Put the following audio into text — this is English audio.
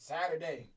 Saturday